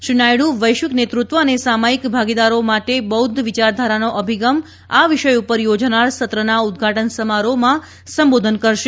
શ્રી નાયડૂ વૈશ્વિક નેતૃત્વ અને સામાયિક ભાગીદારો માટે બૌધ્ધ વિચારધારાનો અભિગમ આ વિષય પર યોજાનાર સત્રના ઉદઘાટન સમારોહમાં સંબોધન કરશે